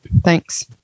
Thanks